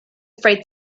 freight